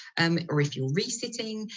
um or if you're resitting,